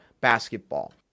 basketball